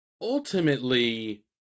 ultimately